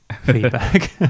feedback